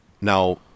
now